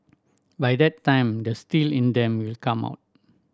by that time the steel in them will come out